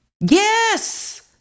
Yes